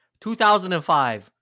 2005